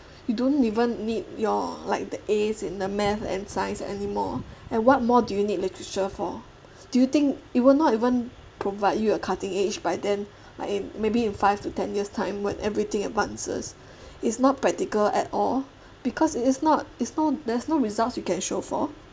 you don't even need your like the As in the math and science anymore and what more do you need literature for do you think it will not even provide you a cutting edge by then like in maybe in five to ten years' time when everything advances it's not practical at all because it's not it's not there's no results you can show for